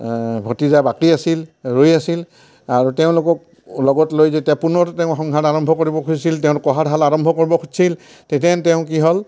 ভতিজা বাকী আছিল ৰৈ আছিল আৰু তেওঁলোকক লগত লৈ যেতিয়া পুনৰ তেওঁ সংসাৰ আৰম্ভ কৰিব খুজিছিল তেওঁৰ কঁহাৰশালা আৰম্ভ কৰিব খুজিছিল তেথেন তেওঁৰ কি হ'ল